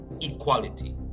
equality